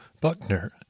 Buckner